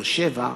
בבאר-שבע,